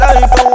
Life